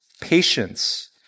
patience